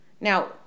Now